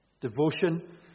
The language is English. Devotion